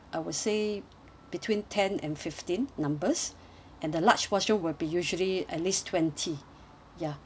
I would say between ten and fifteen numbers and the large portion will be usually at least twenty ya